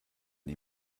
die